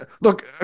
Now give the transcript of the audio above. look